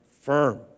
firm